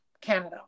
Canada